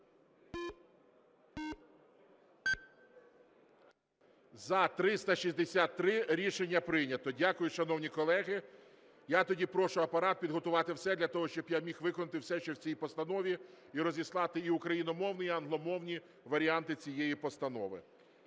За-363 Рішення прийнято. Дякую, шановні колеги. Я тоді прошу Апарат підготувати все для того, щоб я міг виконати все, що в цій постанові, і розіслати і україномовні, і англомовні варіанти цієї постанови.